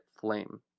flame